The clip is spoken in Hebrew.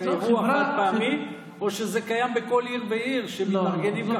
זה אירוע חד-פעמי או שזה קיים בכל עיר ועיר שמתארגנים,